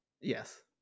Yes